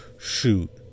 shoot